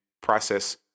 process